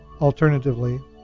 Alternatively